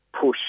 push